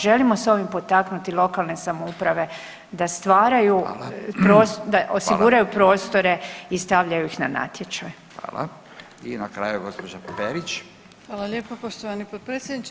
Želimo s ovim potaknuti lokalne samouprave da stvaraju [[Upadica: Hvala.]] da osiguraju prostore [[Upadica: Hvala.]] i stavljaju ih na natječaj.